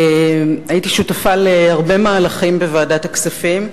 הייתי שותפה להרבה מהלכים בוועדת הכספים,